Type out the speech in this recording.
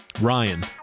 ryan